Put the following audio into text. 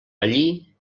allí